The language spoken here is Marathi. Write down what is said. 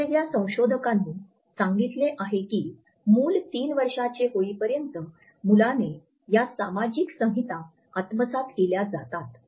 वेगवेगळ्या संशोधकांनी सांगितले आहे की मूल 3 वर्षांचे होईपर्यंत मुलाने या सामाजिक संहिता आत्मसात केल्या जातात